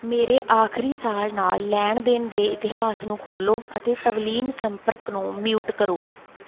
ਮੇਰੇ ਆਖਰੀ ਸਾਲ ਨਾਲ ਲੈਣ ਦੇਣ ਦੇ ਇਤਿਹਾਸ ਨੂੰ ਖੋਲੋਂ ਅਤੇ ਤਵਲੀਨ ਸੰਪਰਕ ਨੂੰ ਮਊਟ ਕਰੋਂ